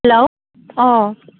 हेल' अ